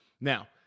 now